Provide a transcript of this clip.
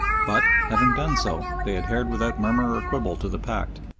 but having done so they adhered without murmur or quibble to the pact.